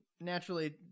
naturally